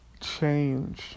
change